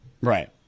right